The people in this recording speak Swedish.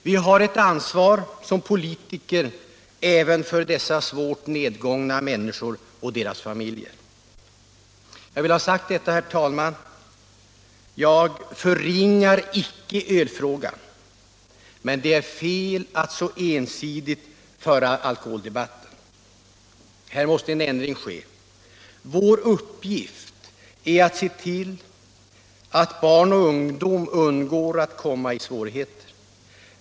Vi har ett ansvar som politiker även för dessa svårt nedgångna människor och deras familjer. Jag vill ha sagt detta, herr talman. Jag förringar icke ölfrågan, men det är fel att föra alkoholdebatten så ensidigt. Här måste en ändring ske. Vår uppgift är att se till att barn och ungdom undgår att komma i svårigheter.